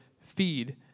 feed